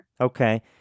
okay